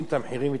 את העלויות פה.